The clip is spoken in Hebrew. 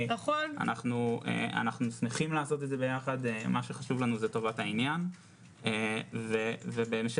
זה הרבה יותר רחב